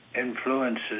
influences